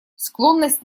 склонность